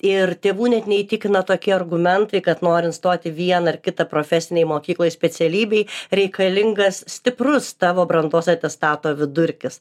ir tėvų net neįtikina tokie argumentai kad norint stoti į vieną ar kitą profesinėj mokykloj specialybei reikalingas stiprus tavo brandos atestato vidurkis